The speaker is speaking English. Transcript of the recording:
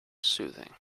soothing